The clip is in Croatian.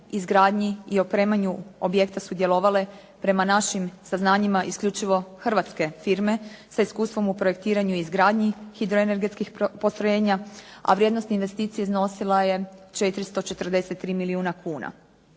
izgradnji i opremanju objekta sudjelovale prema našim saznanjima isključivo hrvatske firme, sa iskustvom u projektiranju i izgradnji hidroenergetskih postrojenja, a vrijednost investicije iznosila je 443 milijuna kuna.